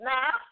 Now